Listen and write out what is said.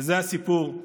וזה הסיפור.